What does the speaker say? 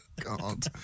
God